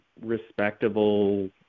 respectable